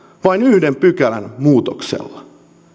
vain yhden pykälän muutoksella